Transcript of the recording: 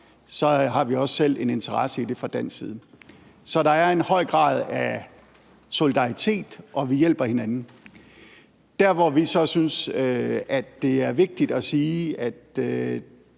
har vi også selv en interesse i det fra dansk side. Så der er en høj grad af solidaritet, og vi hjælper hinanden. Der, hvor vi så synes, det er vigtigt at sige, at